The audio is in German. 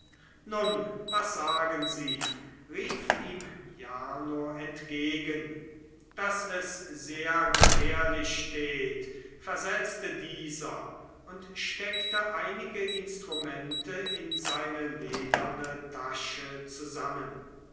nun was sagen sie rief ihm jarno entgegen daß es sehr gefährlich steht versetzte dieser und steckte einige instrumente in seine lederne tasche zusammen